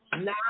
now